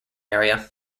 area